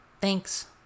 Thanks